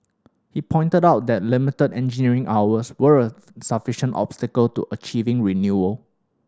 he pointed out that limited engineering hours were a obstacle to achieving renewal